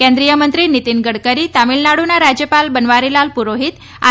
કેન્દ્રિયમંત્રી નીતિન ગડકરી તમિલનાડુના રાજ્યપાલ બનવારીલાલ પુરોહિત આર